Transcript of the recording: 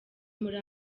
muri